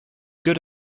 good